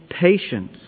patience